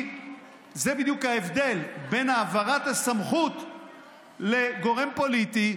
זה בדיוק ההבדל בין העברת הסמכות לגורם פוליטי,